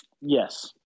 yes